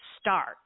start